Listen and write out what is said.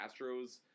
Astros